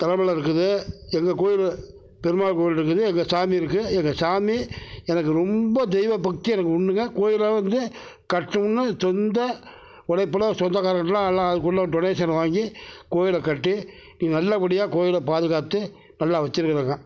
தலமயிலில் இருக்குது எங்கள் கோவிலு பெருமாள் கோவில் இருக்குது எங்கள் சாமி இருக்கு எங்கள் சாமி எனக்கு ரொம்ப தெய்வ பக்தி எனக்கு உண்டுங்க கோவில வந்து கட்டணும்னு சொந்த உழைப்பில் சொந்தக்காரங்கட்டலாம் அதுக்குள்ள டொனேஷன் வாங்கி கோவில கட்டி நல்லபடியாக கோவில பாதுகாத்து நல்லா வச்சிருக்கிறங்க